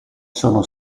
sono